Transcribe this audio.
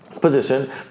position